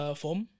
form